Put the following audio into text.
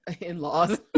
in-laws